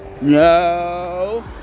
no